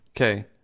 Okay